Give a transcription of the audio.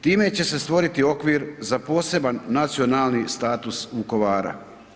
Time će se stvoriti okvir za poseban nacionalni status Vukovara.